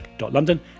London